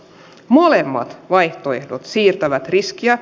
molemmat vaihtoehdot siirtävät riskiä